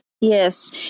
Yes